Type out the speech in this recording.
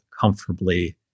comfortably